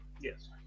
Yes